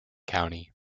county